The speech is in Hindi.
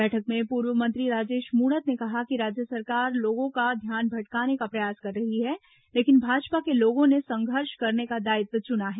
बैठक में पूर्व मंत्री राजेश मूणत ने कहा कि राज्य सरकार लोगों का ध्यान भटकाने का प्रयास कर रही है लेकिन भाजपा के लोगों ने संघर्ष करने का दायित्व चुना है